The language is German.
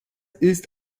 ist